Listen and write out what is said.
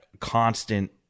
constant